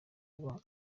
kuba